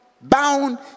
bound